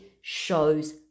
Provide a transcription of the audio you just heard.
shows